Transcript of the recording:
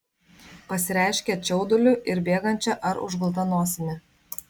pasireiškia čiauduliu ir bėgančia ar užgulta nosimi